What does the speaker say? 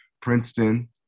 Princeton